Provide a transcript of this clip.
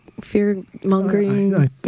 fear-mongering